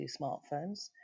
smartphones